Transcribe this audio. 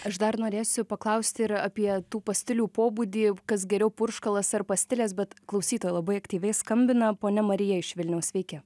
aš dar norėsiu paklausti ir apie tų pastilių pobūdį kas geriau purškalas ar pastilės bet klausytojai labai aktyviai skambina ponia marija iš vilniaus sveiki